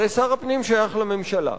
הרי שר הפנים שייך לממשלה,